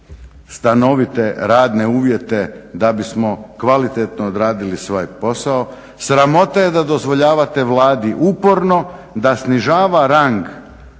stanovite radne uvjete da bismo kvalitetno odradili svoj posao, sramota je da dozvoljavate Vladi uporno da snižava rang